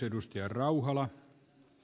arvoisa puhemies